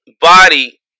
body